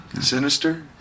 sinister